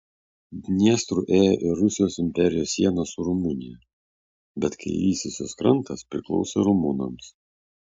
dniestru ėjo ir rusijos imperijos siena su rumunija bet kairysis jos krantas priklausė rumunams